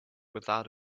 without